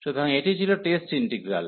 সুতরাং এটি ছিল টেস্ট ইন্টিগ্রাল